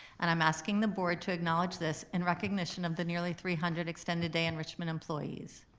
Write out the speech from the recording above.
and i'm asking the board to acknowledge this in recognition of the nearly three hundred extended day enrichment employees.